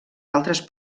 altres